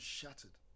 shattered